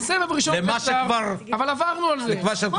אבל עברנו על זה.